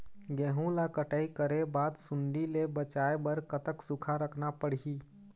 गेहूं ला कटाई करे बाद सुण्डी ले बचाए बर कतक सूखा रखना पड़ही?